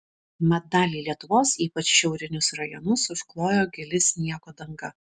mat dalį lietuvos ypač šiaurinius rajonus užklojo gili sniego danga